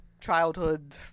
childhood